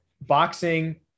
boxing